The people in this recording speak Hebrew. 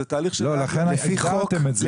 לכן הגדרתם את זה,